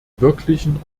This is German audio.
wirklichen